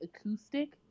acoustic